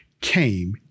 came